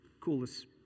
coolest